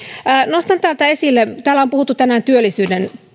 nostan täältä esille kun täällä on puhuttu tänään työllisyyden